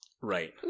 right